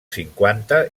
cinquanta